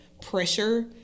pressure